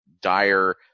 dire